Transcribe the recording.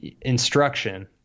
instruction